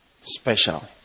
special